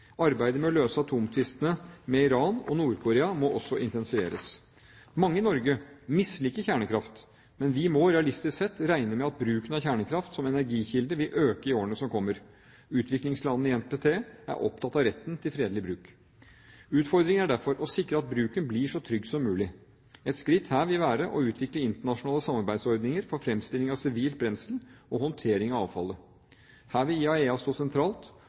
Arbeidet med å løse atomtvistene med Iran og Nord-Korea må også intensiveres. Mange i Norge misliker kjernekraft, men vi må realistisk sett regne med at bruken av kjernekraft som energikilde vil øke i årene som kommer. Utviklingslandene i NPT er opptatt av retten til fredelig bruk. Utfordringen er derfor å sikre at bruken blir så trygg som mulig. Et skritt her vil være å utvikle internasjonale samarbeidsordninger for fremstilling av sivilt brensel og håndtering av avfallet. Her vil IAEA stå sentralt,